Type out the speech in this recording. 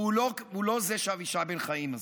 והוא לא זה שאבישי בן-חיים מזכיר,